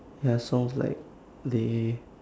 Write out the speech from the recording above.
ya sounds like they